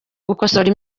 nkosore